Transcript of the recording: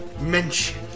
mention